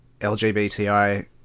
LGBTI